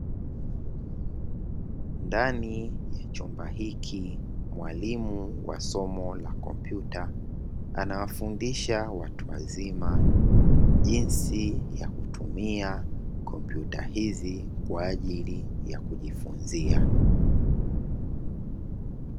Ndani ya chumba hiki mwalimu wa somo la kompyuta anawafundisha watu wazima, jinsi ya kutumia kompyuta hizi kwa ajili ya kujifunzia.